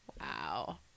wow